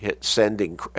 sending